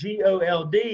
gold